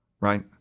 right